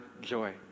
joy